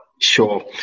Sure